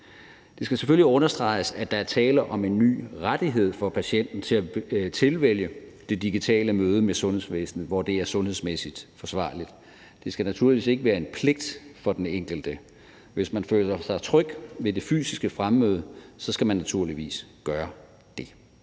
Det skal selvfølgelig understreges, at der er tale om en ny rettighed for patienten, der kan tilvælge det digitale møde med sundhedsvæsenet, hvor det er sundhedsmæssigt forsvarligt. Det skal naturligvis ikke være en pligt for den enkelte. Hvis man føler sig tryg ved det fysiske fremmøde, skal man naturligvis benytte